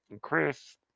Chris